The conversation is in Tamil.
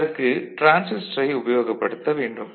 அதற்கு டிரான்சிஸ்டரை உபயோகப்படுத்த வேண்டும்